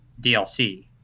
DLC